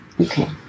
Okay